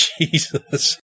Jesus